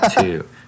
two